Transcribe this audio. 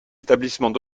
établissements